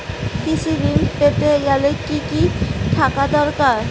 কৃষিঋণ পেতে গেলে কি কি থাকা দরকার?